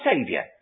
Saviour